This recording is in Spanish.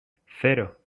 cero